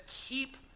keep